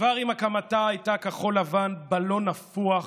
כבר עם הקמתה הייתה כחול לבן בלון נפוח